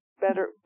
better